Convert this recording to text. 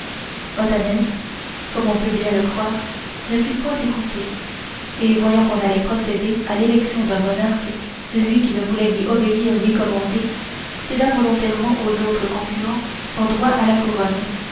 comme on peut bien croire ne fut pointé écouté et voyant qu'on allait procéder à l'élection d'un monarque lui qui ne voulait ni obéir ni commander céda volontairement aux autres concurrents son droit à la couronne